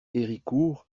héricourt